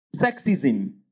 Sexism